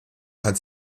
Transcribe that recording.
kann